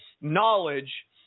knowledge